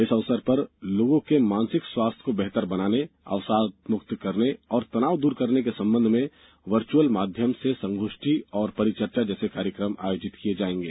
इस अवसर पर लोगों के मानसिक स्वास्थ्य को बेहतर बनाने अवसादमुक्त करने और तनाव दूर करने के संबंध में वर्चुअल माध्यम से संगोष्ठी और परिचर्चा जैसे कार्यक्रम आयोजित किये जायेंगे